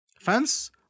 Fans